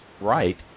right